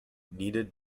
needed